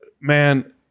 man